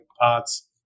parts